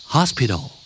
Hospital